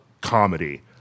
comedy